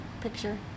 picture